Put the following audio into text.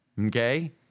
Okay